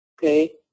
okay